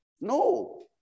No